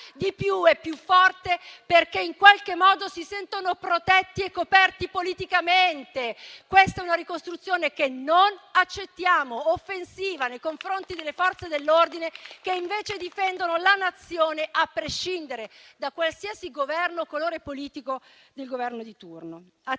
di più e più forte, perché in qualche modo si sentono protetti e coperti politicamente. Questa è una ricostruzione che non accettiamo, offensiva nei confronti delle Forze dell'ordine che, invece, difendono la Nazione, a prescindere da qualsiasi colore politico del Governo di turno.